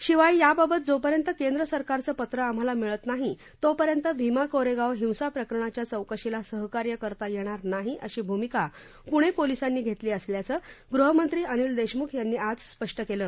शिवाय याबाबत जोपर्यंत केंद्र सरकारचं पत्र आम्हाला मिळत नाही तोपर्यंत भीमा कोरेगाव हिंसा प्रकरणाच्या चौकशीला सहकार्य करता येणार नाही अशी भूमिका पुणे पोलिसांनी घेतली असल्याचं गृहमंत्री अनिल देशमुख यांनी आज स्पष्ट केल